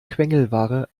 quengelware